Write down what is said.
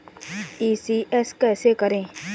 ECS कैसे करें?